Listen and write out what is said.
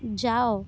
ଯାଅ